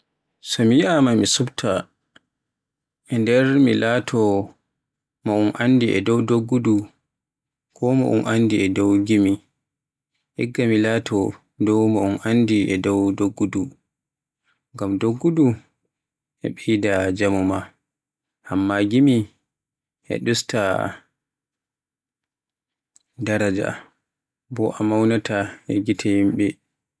So mi yi'ama mi sufta e nder mi laato mo un anndi e dow doggudu e ko mo un anndi e dow gimi. Igga mi laato e dow mo un anndi e dow doggudu, ngam doggudu e ɓeyda jaamu maa, amma gimi e ɗusta daraja bo a mawnaata e gite yimɓe